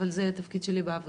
אבל זה התפקיד שלי בעבודה.